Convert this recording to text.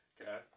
okay